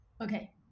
Okay